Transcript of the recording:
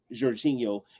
Jorginho